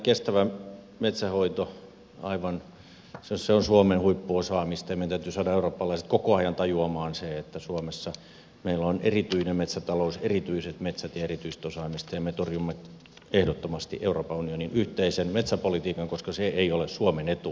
kestävä metsänhoito on suomen huippuosaamista ja meidän täytyy saada eurooppalaiset koko ajan tajuamaan se että suomessa meillä on erityinen metsätalous erityiset metsät ja erityistä osaamista ja me torjumme ehdottomasti euroopan unionin yhteisen metsäpolitiikan koska se ei ole suomen etu